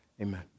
Amen